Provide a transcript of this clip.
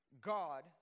God